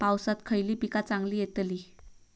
पावसात खयली पीका चांगली येतली?